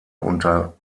unter